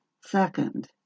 Second